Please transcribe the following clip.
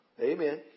Amen